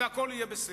והכול יהיה בסדר.